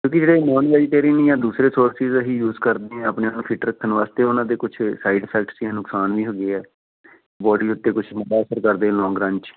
ਕਿਉਂਕੀ ਜਿਹੜੇ non vegetarian ਜਾਂ ਦੂਸਰੇ ਸੋਰਸਿਜ਼ ਅਸੀਂ ਯੂਸ ਕਰਦੇ ਹਾਂ ਆਪਣੇ ਆਪ ਨੂੰ ਫਿੱਟ ਰੱਖਣ ਵਾਸਤੇ ਉਹਨਾਂ ਦੇ ਕੁਛ ਸਾਈਡ ਇਫੈਕਟ ਸੀ ਨੁਕਸਾਨ ਵੀ ਹੁੰਦੇ ਹੈ ਬੋਡੀ ਉੱਤੇ ਕੁਛ ਮਾੜਾ ਅਸਰ ਕਰਦੇ ਲੋਂਗ ਰਨ 'ਚ